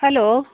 hello